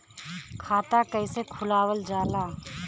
खाता कइसे खुलावल जाला?